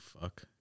fuck